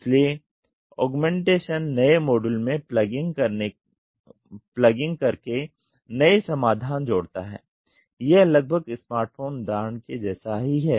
इसलिए ऑगमेंटशन नए मॉड्यूल में प्लगिंग करके नए समाधान जोड़ता हैं यह लगभग स्मार्टफोन उदाहरण के जैसा ही हैं